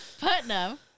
Putnam